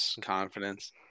confidence